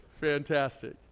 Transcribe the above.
fantastic